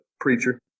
preacher